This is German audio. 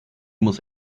muss